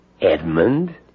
Edmund